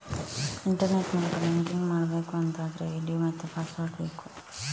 internet ಮೂಲಕ banking ಮಾಡ್ಬೇಕು ಅಂತಾದ್ರೆ ಐಡಿ ಮತ್ತೆ ಪಾಸ್ವರ್ಡ್ ಬೇಕು